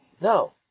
No